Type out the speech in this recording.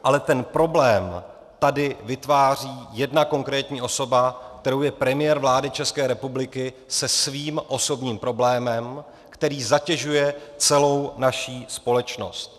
Ale ten problém tady vytváří jedna konkrétní osoba, kterou je premiér vlády České republiky se svým osobním problémem, který zatěžuje celou naši společnosti.